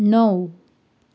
णव